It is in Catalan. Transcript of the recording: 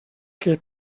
que